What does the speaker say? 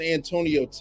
Antonio